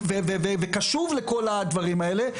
קשוב לכל הדברים האלה.